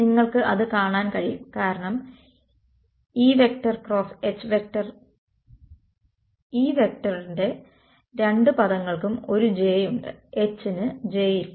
നിങ്ങൾക്ക് അത് കാണാൻ കഴിയും കാരണം E→× H→ E→ യുടെ രണ്ട് പദങ്ങൾക്കും ഒരു j ഉണ്ട് H ന് j ഇല്ല